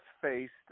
faced